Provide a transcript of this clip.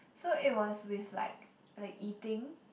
so it was with like like eating